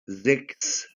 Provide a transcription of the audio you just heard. sechs